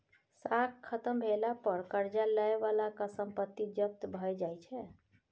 साख खत्म भेला पर करजा लए बलाक संपत्ति जब्त भए जाइ छै